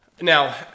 Now